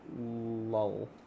lull